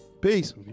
Peace